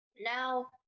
Now